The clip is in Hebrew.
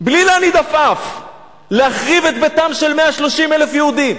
בלי להניד עפעף להחריב את ביתם של 130,000 יהודים,